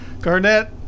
Garnett